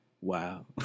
wow